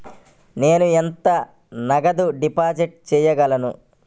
నేను ఎంత నగదు డిపాజిట్ చేయగలను?